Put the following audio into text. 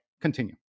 continue